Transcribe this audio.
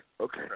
okay